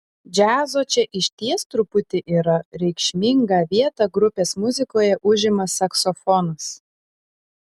džiazo čia išties truputį yra reikšmingą vietą grupės muzikoje užima saksofonas